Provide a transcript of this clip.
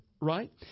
right